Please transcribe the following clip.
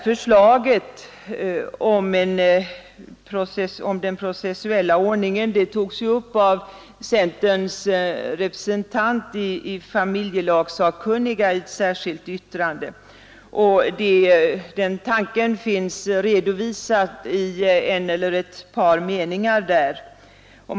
Förslaget om den processuella ordningen togs upp av centerns representant i familjelagssakkunniga, och tanken finns redovisad i en eller ett par meningar i ett särskilt yttrande.